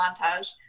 montage